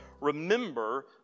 remember